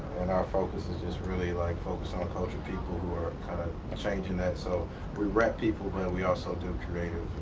and our focus is just really like focused on culture people who are kind of changing that so we rep people but we also do creative